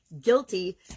guilty